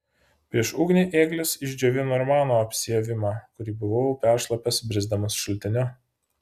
prieš ugnį ėglis išdžiovino ir mano apsiavimą kurį buvau peršlapęs brisdamas šaltiniu